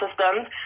systems